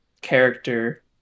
character